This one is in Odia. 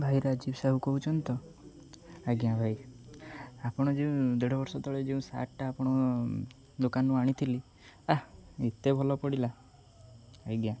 ଭାଇ ରାଜୀବ ସାହୁ କହୁଛ ତ ଆଜ୍ଞା ଭାଇ ଆପଣ ଯେଉଁ ଦେଢ଼ ବର୍ଷ ତଳେ ଯୋଉଁ ସାର୍ଟଟା ଆପଣ ଦୋକାନରୁ ଆଣିଥିଲି ଆ ଏତେ ଭଲ ପଡ଼ିଲା ଆଜ୍ଞା